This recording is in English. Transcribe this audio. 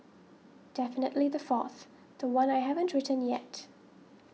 definitely the fourth the one I haven't written yet